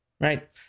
right